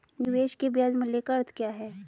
निवेश के ब्याज मूल्य का अर्थ क्या है?